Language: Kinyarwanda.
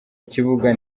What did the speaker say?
ikibuga